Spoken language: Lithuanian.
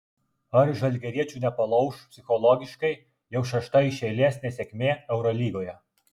ar žalgiriečių nepalauš psichologiškai jau šešta iš eilės nesėkmė eurolygoje